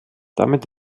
damit